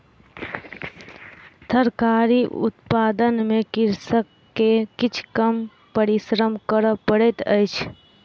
तरकारी उत्पादन में कृषक के किछ कम परिश्रम कर पड़ैत अछि